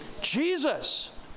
Jesus